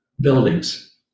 buildings